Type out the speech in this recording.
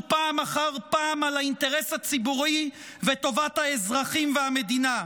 פעם אחר פעם על האינטרס הציבורי וטובת האזרחים והמדינה,